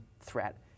threat